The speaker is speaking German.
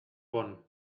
bonn